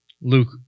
Luke